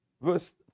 verse